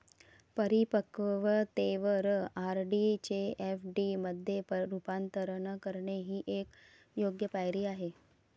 परिपक्वतेवर आर.डी चे एफ.डी मध्ये रूपांतर करणे ही एक योग्य पायरी आहे